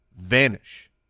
vanish